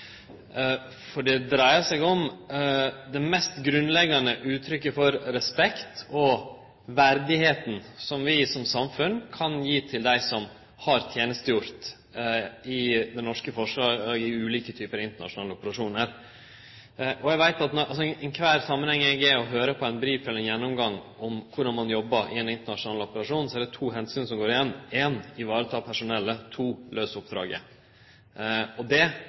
Det dreier seg om det mest grunnleggjande uttrykket for respekt og verdigheit som vi som samfunn kan gje til dei som har tenestegjort i det norske forsvaret i ulike typar internasjonale operasjonar. I alle samanhengar der eg høyrer på ei brifing eller ein gjennomgang om korleis ein jobbar i ein internasjonal operasjon, er det to omsyn som går igjen: 1) Ta vare på personellet, 2) Løys oppdraget. Då må vi også ha den typen tenking når vi jobbar med dei sakene. Det